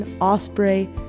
Osprey